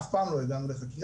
אף פעם לא הגענו לחקירה.